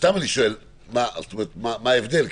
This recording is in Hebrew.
סתם אני שואל, מה ההבדל?